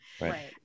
Right